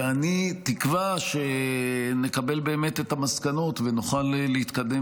ואני תקווה שנקבל את המסקנות ונוכל להתקדם